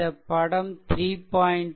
இந்த படம் 3